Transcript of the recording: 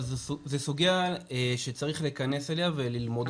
אבל זו סוגיה שצריך לכנס אליה וללמוד אותה.